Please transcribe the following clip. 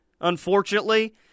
unfortunately